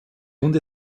und